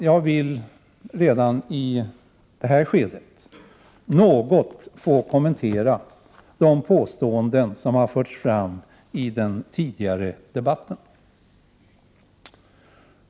Jag vill redan i det här skedet något kommentera de påståenden som gjorts tidigare i debatten.